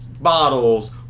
bottles